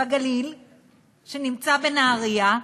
בגליל שנמצא בנהריה,